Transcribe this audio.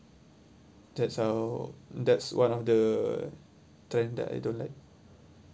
that's uh that's one of the trend that I don't like